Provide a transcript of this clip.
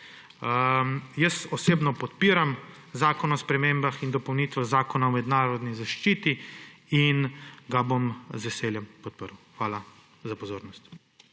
Osebno podpiram Predlog zakon o spremembah in dopolnitvah Zakona o mednarodni zaščiti in ga bom z veseljem podprl. Hvala za pozornost.